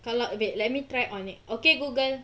kalau okay let me try on it okay google